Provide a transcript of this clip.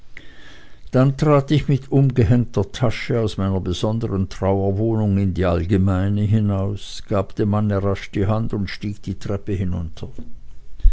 dann trat ich mit umgehängter tasche aus meiner besonderen trauerwohnung in die allgemeine hinaus gab dem manne rasch die hand und stieg die treppe hinunter